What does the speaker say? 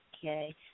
Okay